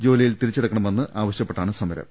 ജോലിയിൽ തിരിച്ചെടുക്കണമെന്ന് ആവശ്യപ്പെട്ടാണ് സമരം